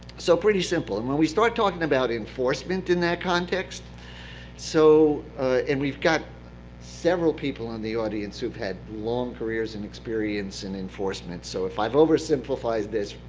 so pretty simple. and when we start talking about enforcement in that context so and we've got several people in the audience who have had long careers and experience in enforcement. so if i've oversimplified this,